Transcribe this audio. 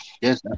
yes